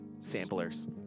Samplers